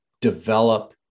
develop